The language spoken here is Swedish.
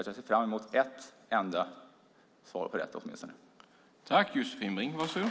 Jag ser fram emot att få åtminstone ett svar på detta.